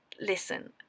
listen